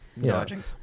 dodging